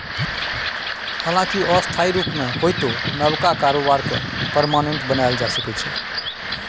हालांकि अस्थायी रुप मे होइतो नबका कारोबार केँ परमानेंट बनाएल जा सकैए